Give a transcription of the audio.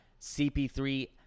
CP3